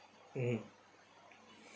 mm